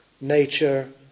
nature